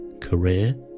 career